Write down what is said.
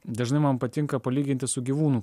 dažnai man patinka palyginti su gyvūnų